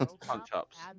punch-ups